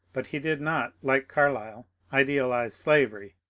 but he did not, like carlyle, idealize slavery,